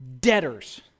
debtors